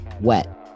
wet